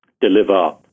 deliver